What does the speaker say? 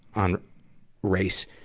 on race,